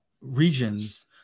regions